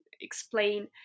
explain